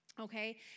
okay